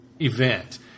event